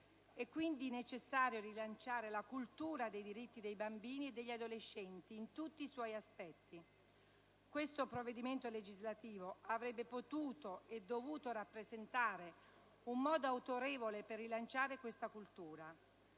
È, quindi, necessario rilanciare la cultura dei diritti dei bambini e degli adolescenti in tutti i suoi aspetti. Questo provvedimento legislativo avrebbe potuto e dovuto rappresentare un modo autorevole per rilanciare questa cultura.